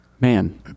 Man